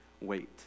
wait